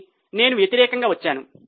కానీ నేను వ్యతిరేకంగా వచ్చాను